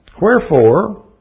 Wherefore